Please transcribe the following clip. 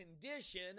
condition